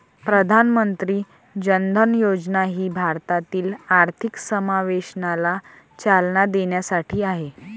प्रधानमंत्री जन धन योजना ही भारतातील आर्थिक समावेशनाला चालना देण्यासाठी आहे